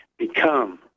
become